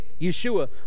Yeshua